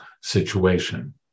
situation